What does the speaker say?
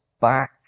back